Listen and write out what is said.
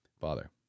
Father